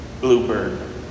bluebird